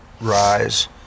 rise